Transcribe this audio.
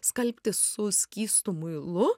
skalbti su skystu muilu